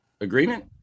agreement